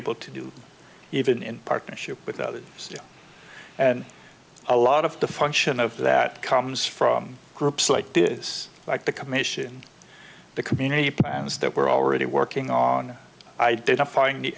able to do even in partnership with others and a lot of the function of that comes from groups like this like the commission the community plans that we're already working on identifying the